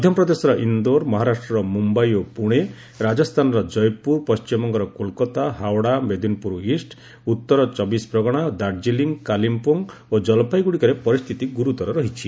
ମଧ୍ୟ ପ୍ରଦେଶର ଇନ୍ଦୋର ମହାରାଷ୍ଟ୍ରର ମୁମ୍ବାଇ ଓ ପୁଣେ ରାଜସ୍ଥାନର ଜୟପୁର ପଶ୍ଚିମବଙ୍ଗର କୋଲକାତା ହାଓଡ଼ା ମେଦିନପୁର ଇଷ୍ଟ ଉତ୍ତର ଚବିଶ ପ୍ରଗଣା ଦାର୍କିଲିଂ କାଲିମପୋଙ୍ଗ ଓ ଜଲପାଇଗୁଡ଼ିରେ ପରିସ୍ଥିତି ଗୁର୍ତର ରହିଛି